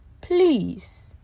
please